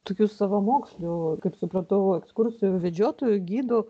tokių savamokslių kaip supratau ekskursijų vedžiotojų gidų